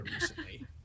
recently